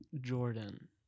Jordan